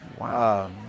Wow